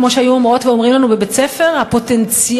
כמו שהיו אומרות ואומרים לנו בבית-הספר: הפוטנציאל.